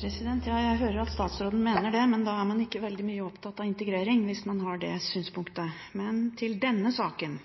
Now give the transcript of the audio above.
ikke veldig opptatt av integrering hvis man har det synspunktet. Men til denne saken: